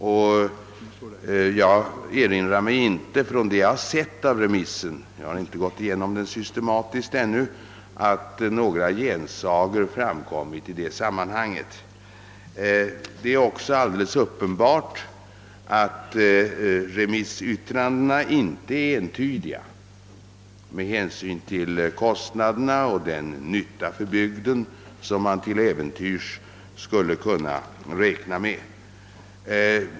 Och enligt vad jag sett av remissyttrandena — jag har inte gått igenom dem systematiskt ännu — har några gensagor mot utredningens slutsatser inte gjorts. Det är också alldeles uppenbart att remissyttrandena inte är entydiga vad gäller kostnaderna och den nytta för bygden som man till äventyrs skulle kunna räkna med.